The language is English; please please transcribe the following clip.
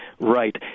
Right